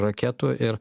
raketų ir